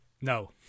No